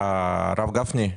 הרב גפני,